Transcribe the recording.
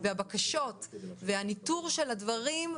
הבקשות והניטור של הדברים,